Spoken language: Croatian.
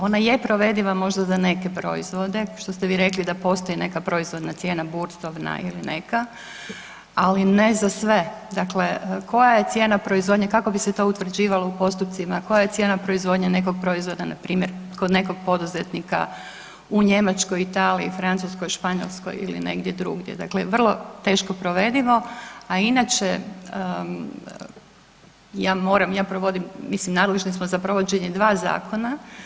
Ona je provediva možda za neke proizvode, što ste vi rekli da postoji neka proizvodna cijena, burzovna ili neka, ali ne za sve, dakle, koja je cijena proizvodnje, kako bi se to utvrđivalo u postupcima, koja je cijena proizvodnje nekog proizvoda, npr. kod nekog poduzetnika, u Njemačkoj, Italiji, Francuskoj, Španjolskoj ili negdje drugdje, dakle vrlo teško provedivo, a inače, ja moram, ja provodim, mislim, nadležni smo za provođenje dva zakona.